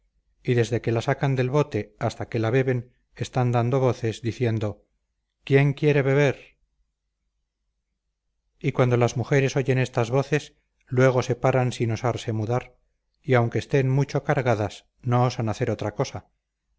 y desde que la sacan del bote hasta que la beben están dando voces diciendo que quién quiere beber y cuando las mujeres oyen estas voces luego se paran sin osarse mudar y aunque estén mucho cargadas no osan hacer otra cosa